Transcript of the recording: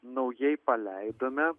naujai paleidome